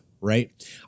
right